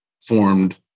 formed